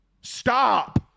Stop